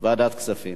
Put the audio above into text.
ועדת הכספים.